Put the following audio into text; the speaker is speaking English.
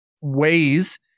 ways